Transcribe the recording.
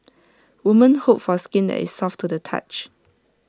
woman hope for skin that is soft to the touch